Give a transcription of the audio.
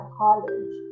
college